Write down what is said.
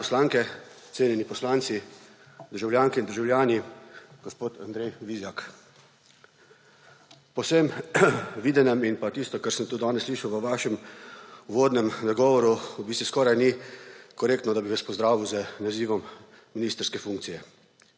poslanke, cenjeni poslanci, državljanke in državljani, gospod Andrej Vizjak! Po vsem videnem in tistem, kar sem tudi danes slišal v vašem uvodnem nagovoru, v bistvu skoraj ni korektno, da bi vas pozdravil z nazivom ministrske funkcije